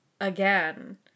again